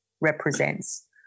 represents